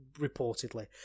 reportedly